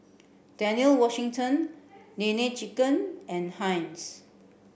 Daniel Wellington Nene Chicken and Heinz